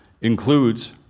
includes